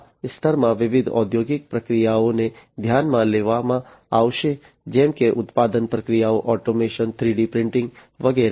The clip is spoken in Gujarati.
આ સ્તરમાં વિવિધ ઔદ્યોગિક પ્રક્રિયાઓને ધ્યાનમાં લેવામાં આવશે જેમ કે ઉત્પાદન પ્રક્રિયાઓ ઓટોમેશન 3d પ્રિન્ટીંગ વગેરે